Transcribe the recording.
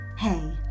Hey